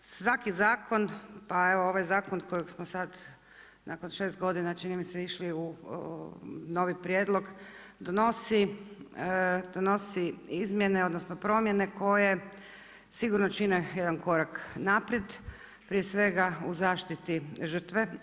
Svaki zakon pa evo ovaj zakon koji smo sad nakon 6 godina čini mi se išli u novi prijedlog donosi izmjene odnosno promjene koje sigurno čine jedan korak naprijed, prije svega u zaštiti žrtve.